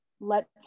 let